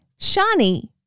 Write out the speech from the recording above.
Shani